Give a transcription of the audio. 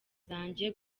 zanjye